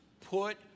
put